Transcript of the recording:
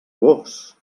gos